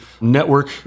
network